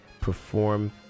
perform